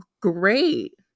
great